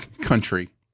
country